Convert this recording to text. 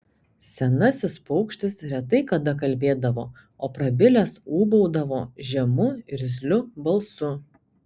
senasis paukštis retai kada kalbėdavo o prabilęs ūbaudavo žemu irzliu balsu